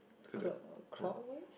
clock clockwise